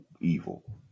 evil